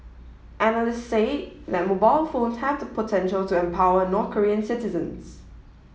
analysts say that mobile phone have the potential to empower North Korean citizens